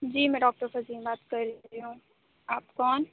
جی میں ڈاکٹر پروین بات کر رہی ہوں آپ کون